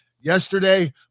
Yesterday